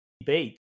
debate